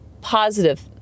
positive